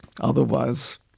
Otherwise